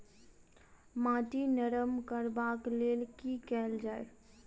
माटि नरम करबाक लेल की केल जाय?